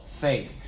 faith